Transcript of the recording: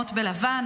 לאימהות בלבן,